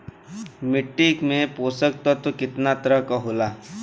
मिट्टी में पोषक तत्व कितना तरह के होला?